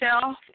self